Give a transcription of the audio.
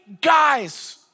guys